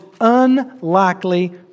unlikely